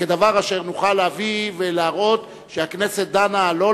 כדבר אשר נוכל להביא ולהראות שהכנסת דנה בו,